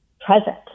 present